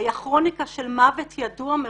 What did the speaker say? היה כרוניקה של מוות ידוע מראש.